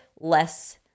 less